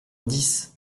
dix